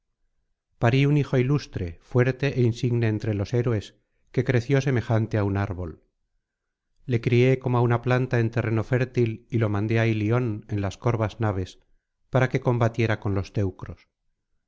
parí un hijo ilustre fuerte é insigne entre los héroes que creció semejante á un árbol le crié como á una planta en terreno fértil y lo mandé á ilion en las corvas naves para que combatiera con los teucros